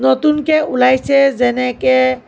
নতুনকৈ ওলাইছে যেনেকৈ